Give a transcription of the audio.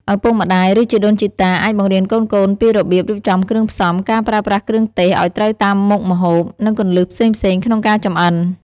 ឪពុកម្តាយ ឬជីដូនជីតាអាចបង្រៀនកូនៗពីរបៀបរៀបចំគ្រឿងផ្សំ ការប្រើប្រាស់គ្រឿងទេសឱ្យត្រូវតាមមុខម្ហូប និងគន្លឹះផ្សេងៗក្នុងការចម្អិន ។